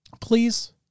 please